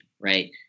Right